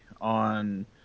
on